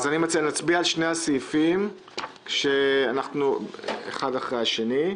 אני מציע להצביע על שני הסעיפים בזה אחר זה.